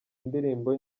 indirimbo